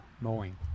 mowing